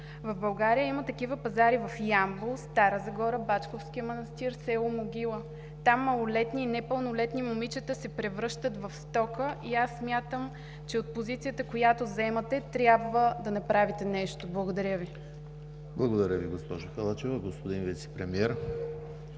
В България има такива пазари в Ямбол, Стара Загора, Бачковския манастир, село Могила. Там малолетни и непълнолетни момичета се превръщат в стока и аз смятам, че от позицията, която заемате, трябва да направите нещо. Благодаря Ви. ПРЕДСЕДАТЕЛ ЕМИЛ ХРИСТОВ: Благодаря Ви, госпожо Халачева. Господин Вицепремиер,